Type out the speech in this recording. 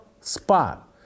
spot